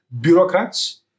bureaucrats